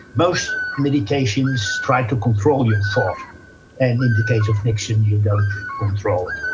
most meditations try to control your thought and in the case of niksen you don't control,